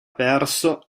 perso